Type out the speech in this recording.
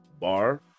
bar